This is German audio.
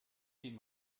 dem